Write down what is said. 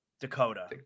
Dakota